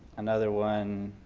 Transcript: another one,